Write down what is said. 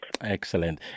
Excellent